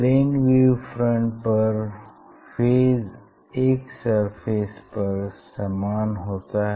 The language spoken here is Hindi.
प्लेन वेव फ्रंट पर फेज एक सरफेस पर समान होता है